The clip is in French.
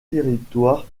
territoire